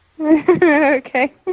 Okay